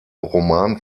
roman